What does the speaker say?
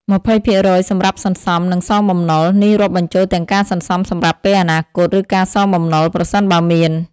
20% សម្រាប់សន្សំ និងសងបំណុល នេះរាប់បញ្ចូលទាំងការសន្សំសម្រាប់ពេលអនាគត ឬការសងបំណុល ប្រសិនបើមាន។